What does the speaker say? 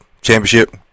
championship